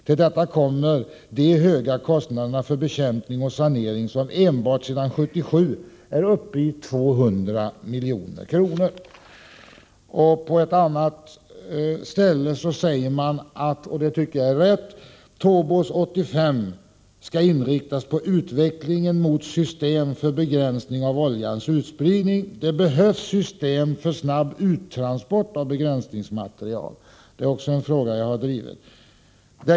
Till detta kommer de höga kostnaderna för bekämpning och sanering, som enbart sedan 1977 är uppe i 200 miljoner kronor.” På ett annat ställe i samma tidning säger man följande, vilket jag tycker är riktigt: ”TOBOS 85 skall inriktas på utvecklingen mot system för begränsning av oljans utspridning. Det behövs system för snabb uttransport av begränsningsmaterial.” Det är också en fråga som jag har drivit.